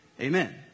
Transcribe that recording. amen